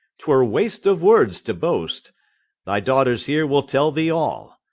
twere waste of words to boast thy daughters here will tell thee all.